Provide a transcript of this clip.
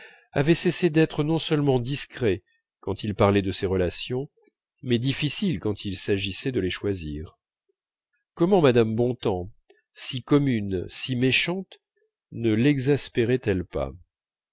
avait cessé d'être non seulement discret quand il parlait de ses relations mais difficile quand il s'agissait de les choisir comment mme bontemps si commune si méchante ne lexaspérait elle pas